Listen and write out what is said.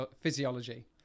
physiology